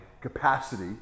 capacity